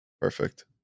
Perfect